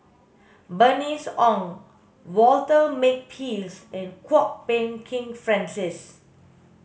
Bernice Ong Walter Makepeace and Kwok Peng Kin Francis